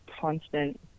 constant